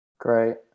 Great